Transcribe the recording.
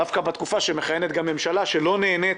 דווקא בתקופה שבה מכהנת ממשלה שלא נהנית